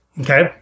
Okay